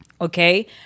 Okay